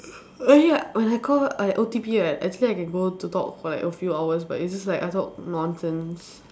when I call I O_T_P right actually I can go to talk for like a few hours but it's just like I talk nonsense